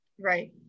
Right